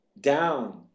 down